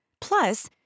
Plus